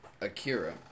Akira